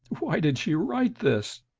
why did she write this?